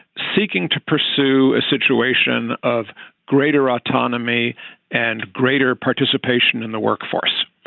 seeking to pursue a situation of greater autonomy and greater participation in the workforce.